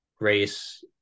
race